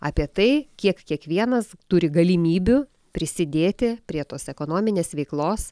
apie tai kiek kiekvienas turi galimybių prisidėti prie tos ekonominės veiklos